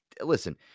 listen